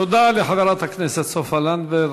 תודה לחברת הכנסת סופה לנדבר.